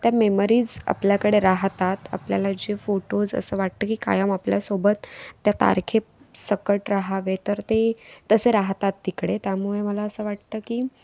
त्या मेमरीज आपल्याकडे राहतात आपल्याला जे फोटोज असं वाटतं की कायम आपल्यासोबत त्या तारखेसकट रहावे तर ते तसे राहतात तिकडे त्यामुळे मला असं वाटतं की